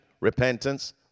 repentance